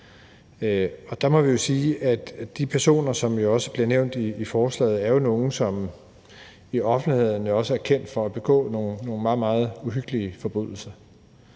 de personer, som også bliver nævnt i forslaget, er nogle, som i offentligheden er kendt for at begå nogle meget, meget uhyggelige forbrydelser,